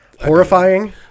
horrifying